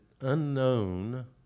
unknown